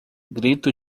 grito